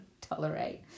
tolerate